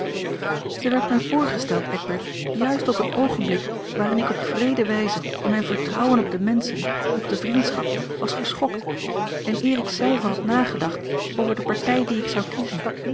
zij werd mij voorgesteld eckbert juist op een oogenblik waarin ik op wreede wijze in mijn vertrouwen op de menschen op de vriendschap was geschokt en eer ik zelve had nagedacht over de partij die ik zou kiezen